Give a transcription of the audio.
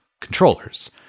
controllers